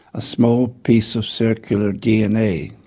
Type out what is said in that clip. a small piece of circular dna.